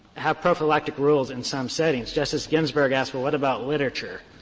have prophylactic rules in some settings. justice ginsburg asked, well, what about literature?